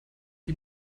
die